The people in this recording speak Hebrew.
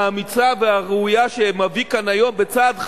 האמיצה והראויה שמביא כאן היום, בצעד חריג,